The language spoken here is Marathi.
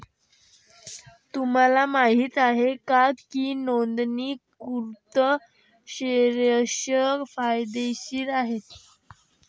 तुम्हाला माहित आहे का की नोंदणीकृत शेअर्स फायदेशीर आहेत?